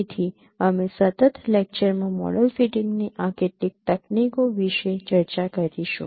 તેથી અમે સતત લેક્ચર માં મોડેલ ફિટિંગની આ કેટલીક તકનીકો વિશે ચર્ચા કરીશું